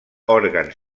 òrgans